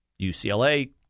UCLA